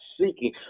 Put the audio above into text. seeking